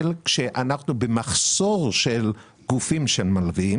כשאנחנו במחסור של גופים שמלווים.